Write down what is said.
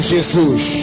Jesus